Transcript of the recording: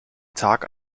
tag